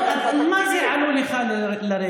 מה זה "עלו אליך לרגל"?